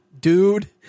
Dude